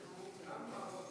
שהעסקאות,